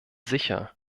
sicher